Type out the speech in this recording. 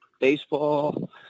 baseball